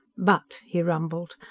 but, he rumbled,